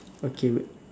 okay wait